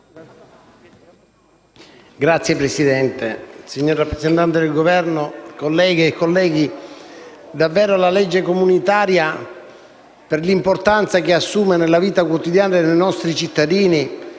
Signora Presidente, signor rappresentante del Governo, colleghe e colleghi, la legge comunitaria, per l'importanza che assume nella vita quotidiana dei nostri cittadini,